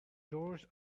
doors